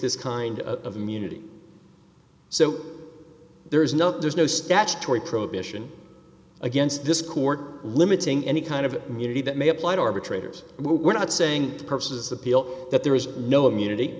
this kind of immunity so there is no there's no statutory prohibition against this court limiting any kind of immunity that may apply to arbitrators we're not saying the purposes appeal that there is no immunity